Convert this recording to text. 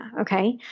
okay